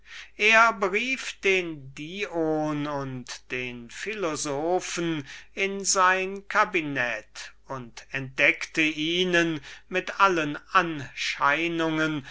er berief den dion und den philosophen in sein cabinet und entdeckte ihnen mit allen